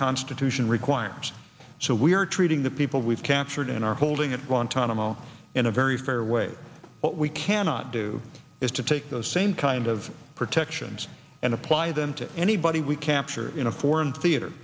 constitution requires so we are treating the people we've captured in our holding it on tunnel in a very fair way but we cannot do is to take those same kind of protections and apply them to anybody we capture in a foreign theater